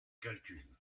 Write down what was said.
calcul